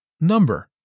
number